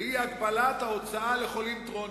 והיא הגבלת ההוצאה לחולים כרוניים.